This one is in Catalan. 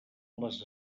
les